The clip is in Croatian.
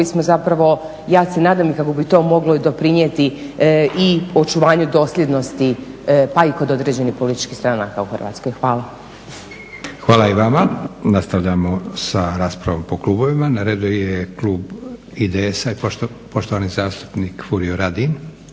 ja se nadam i kako bi to moglo i doprinijeti i očuvanju dosljednosti pa i kod određenih političkih stranaka u Hrvatskoj. Hvala. **Leko, Josip (SDP)** Hvala i vama. Nastavljamo sa raspravom po klubovima. Na redu je klub IDS-a i poštovani zastupnik Furio Radin,